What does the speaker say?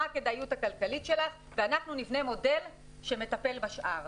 מה הכדאיות הכלכלית שלך ואנחנו נבנה מודל שמטפל בשאר.